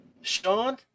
Sean